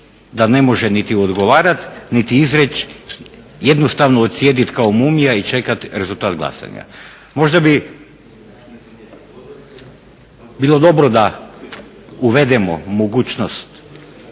da ne može niti odgovarati niti izreći, jednostavno odsjediti kao mumija i čekati rezultat glasanja. Možda bi bilo dobro da uvedemo mogućnost